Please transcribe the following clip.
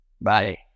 bye